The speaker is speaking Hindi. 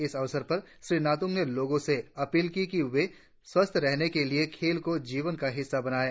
इस अवसर पर श्री नातुंग ने लोगों से अपील की कि वे स्वस्थ्य रहने के लिए खेल को जीवन का हिस्सा बनाये